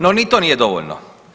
No, ni to nije dovoljno.